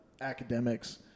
academics